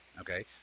okay